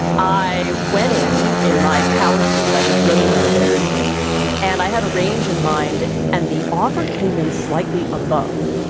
i went in in my power suit, i was really nervous and i had a range in mind and the offer came in slightly above.